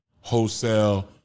wholesale